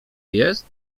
jest